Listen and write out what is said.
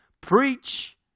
preach